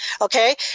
Okay